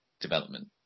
development